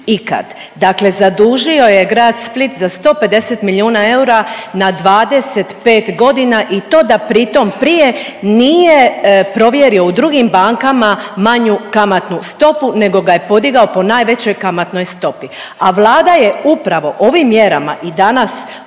ikad, dakle zadužio je Grad Split za 150 milijuna eura na 25 godina i to da pri tom prije nije provjerio u drugim bankama manju kamatnu stopu nego ga je podigao po najvećoj kamatnoj stopi. A Vlada je upravo ovim mjerama i danas ovim